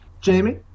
Jamie